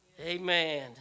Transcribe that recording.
Amen